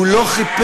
הוא לא חיפש,